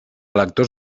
lectors